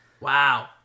Wow